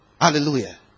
Hallelujah